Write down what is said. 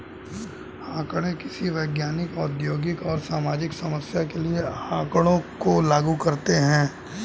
आंकड़े किसी वैज्ञानिक, औद्योगिक या सामाजिक समस्या के लिए आँकड़ों को लागू करते है